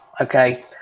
Okay